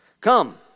Come